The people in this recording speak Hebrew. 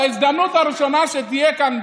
בהזדמנות הראשונה שתהיה כאן,